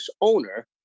owner